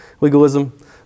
legalism